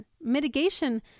mitigation